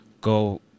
go